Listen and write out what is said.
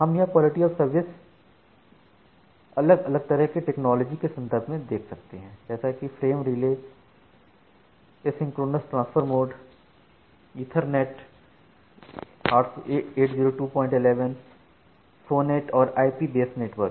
हम यहां quality of service अलग अलग तरह के टेक्नोलॉजी के संदर्भ में देख सकते हैं जैसे कि frame relay asynchronous transfer mode ethernet 80211 SONET और आईपी बेस् नेटवर्क